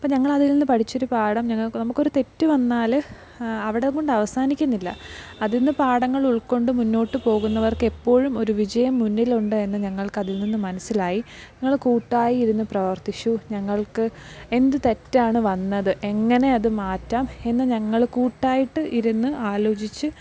അപ്പോൾ ഞങ്ങൾ അതിൽ നിന്ന് പഠിച്ച ഒരു പാഠം ഞങ്ങൾക്ക് നമുക്ക് ഒരു തെറ്റ് വന്നാൽ അവിടെക്കൊണ്ടും അവസാനിക്കുന്നില്ല അതിന്ന് പാഠങ്ങൾ ഉൾകൊണ്ട് മുന്നോട്ട് പോകുന്നവർക്ക് എപ്പോഴും ഒരു വിജയം മുന്നിലുണ്ട് എന്ന് ഞങ്ങൾക്ക് അതിൽ നിന്നും മനസിലായി ഞങ്ങൾ കൂട്ടായി ഇരുന്ന് പ്രവർത്തിച്ചു ഞങ്ങൾക്ക് എന്ത് തെറ്റാണ് വന്നത് എങ്ങനെ അത് മാറ്റം എന്ന് ഞങ്ങൾ കൂട്ടായിട്ട് ഇരുന്ന് ആലോചിച്ച്